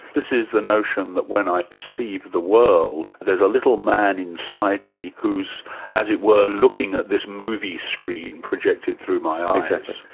this is the notion that when i perceive the world there's a little man inside me who's as it were looking at this movie screen projected through my eyes. ah exactly,